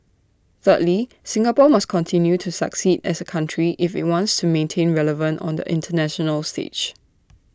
thirdly Singapore must continue to succeed as A country if IT wants to remain relevant on the International stage